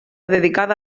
dedicada